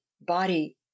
body